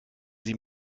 sie